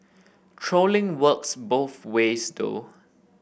trolling works both ways though